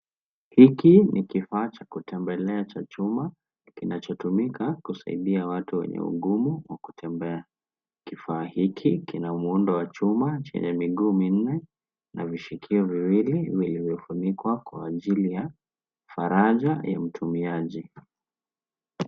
Hiki ni kifaa cha kutembelea cha chuma kinachotumika kusaidia watu wenye ugumu wa kutembea. Kifaa hiki kina muundo wa chuma chenye miguu minne na vishikio viwili vimefunikwa kwa ajili ya faraja ya mtumiaji.